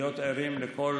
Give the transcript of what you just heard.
כדי להיות ערים לכל